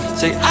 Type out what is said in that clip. say